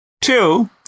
Two